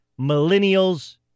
millennials